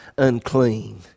Unclean